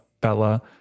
Bella